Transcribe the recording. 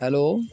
hello